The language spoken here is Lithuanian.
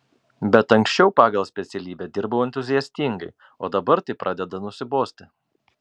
bet anksčiau pagal specialybę dirbau entuziastingai o dabar tai pradeda nusibosti